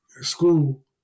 school